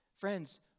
Friends